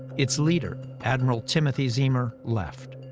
its leader, admiral timothy ziemer, left.